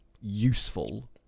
useful